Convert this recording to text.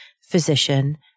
physician